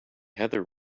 heather